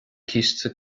ciste